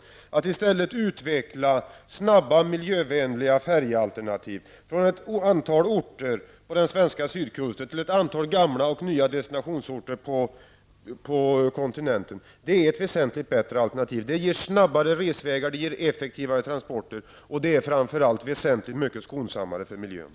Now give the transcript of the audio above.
Det vore bättre att i stället utveckla snabba, miljövänliga färjealternativ från ett antal orter på den svenska sydkusten till ett antal gamla och nya destinationsorter på kontinenten. Det vore ett väsentligt bättre alternativ. Det skulle ge snabbare resvägar, effektivare transporter och framför allt vara mycket skonsammare för miljön.